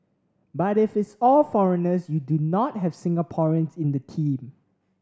but if it's all foreigners you do not have Singaporeans in the team